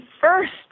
first